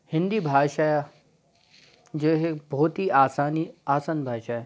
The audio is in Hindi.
हिन्दी भाषा जो है बहुत ही आसानी आसान भाषा है